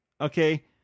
Okay